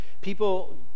People